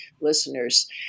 listeners